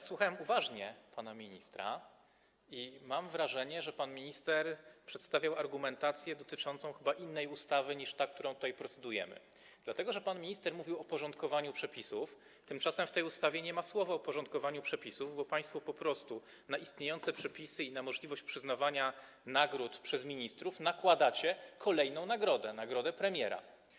Słuchałem uważnie pana ministra i mam wrażenie, że pan minister przedstawiał argumentację dotyczącą chyba innej ustawy niż ta, nad którą tutaj procedujemy, dlatego że pan minister mówił o porządkowaniu przepisów, tymczasem w tej ustawie nie ma słowa o porządkowaniu przepisów, bo państwo po prostu, jeśli chodzi o istniejące przepisy i możliwość przyznawania nagród przez ministrów, dokładacie kolejną nagrodę - nagrodę premiera.